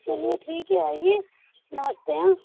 चलिए ठीक है आइए नमस्ते हाँ